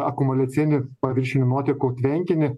akumuliacinį paviršinių nuotekų tvenkinį